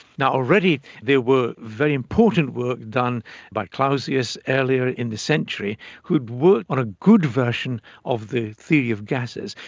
already there were very important work done by clausius earlier in the century who had worked on a good version of the theory of gases,